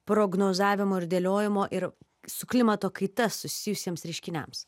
prognozavimo ir dėliojimo ir su klimato kaita susijusiems reiškiniams